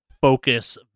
focus